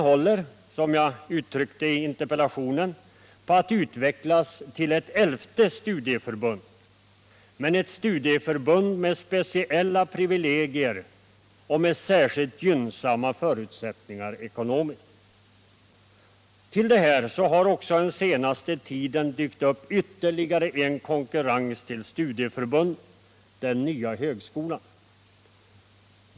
Som jag har uttryckt det i interpellationen håller den på att utvecklas till ett elfte studieförbund — men ett studieförbund med speciella privilegier och med särskilt gynnsamma förutsättningar ekonomiskt. Dessutom har under den senaste tiden dykt upp ytterligare konkurrens till studieförbunden — den nya högskolan.